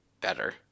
better